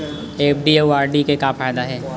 FD अउ RD के का फायदा हे?